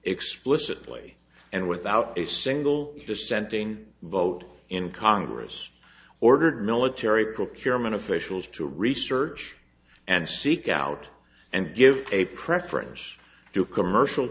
explicitly and without a single dissenting vote in congress ordered military procurement officials to research and seek out and give a preference to commercial